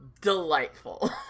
delightful